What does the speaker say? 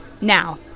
Now